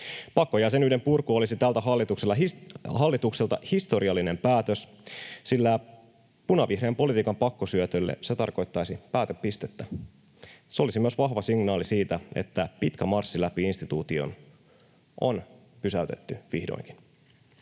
Pakkojäsenyyden purku olisi tältä hallitukselta historiallinen päätös, sillä punavihreän politiikan pakkosyötölle se tarkoittaisi päätepistettä. Se olisi myös vahva signaali siitä, että pitkä marssi läpi instituution on pysäytetty vihdoinkin.